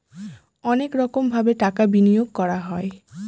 অনেক রকমভাবে টাকা বিনিয়োগ করা হয়